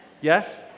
Yes